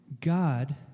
God